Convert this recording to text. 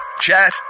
Chat